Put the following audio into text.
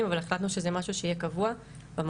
אבל החלטנו שזה משהו שיהיה קבוע במועצה,